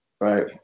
right